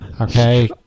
okay